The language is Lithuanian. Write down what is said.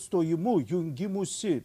stojimu jungimusi